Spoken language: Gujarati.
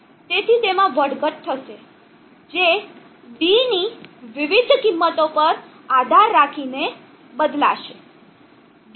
તેથી તેમાં વધઘટ થશે જે d ની વિવિધ કિંમતો પર આધાર રાખીને બદલાશે